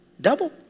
double